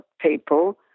people